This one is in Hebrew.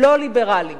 לא ליברליים.